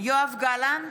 יואב גלנט,